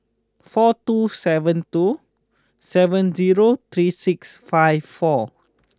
four two seven two seven zero three six five four